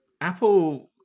Apple